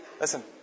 Listen